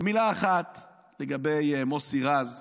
ומילה אחת לגבי מוסי רז,